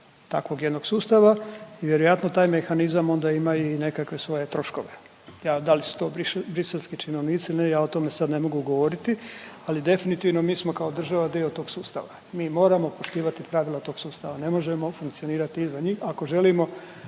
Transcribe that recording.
takvog jednog sustava i vjerojatno taj mehanizam onda ima i nekakve svoje troškove. Ja da li su to briselski činovnici ne ja o tome sad ne mogu govoriti, ali definitivno mi smo kao država dio tog sustava. Mi moramo poštivati pravila tog sustava ne možemo funkcionirati izvan njih ako želimo